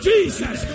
Jesus